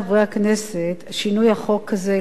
את שינוי החוק הזה לא עושים ביום אחד,